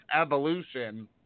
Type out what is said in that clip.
evolution